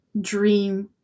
dream